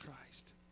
Christ